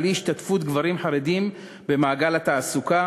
על אי-השתתפות גברים חרדים במעגל התעסוקה.